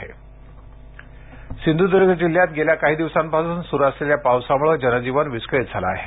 सिंधदर्ग सिंधुदूर्ग जिल्ह्यात गेल्या काही दिवसांपासून सूरू असलेल्या पावसामूळे जनजीवन विस्कळीत झालं आहे